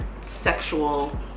sexual